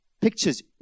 Pictures